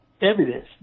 Evidence